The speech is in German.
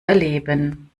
erleben